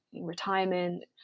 retirement